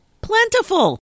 Plentiful